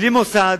בלי מוסד,